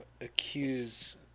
accuse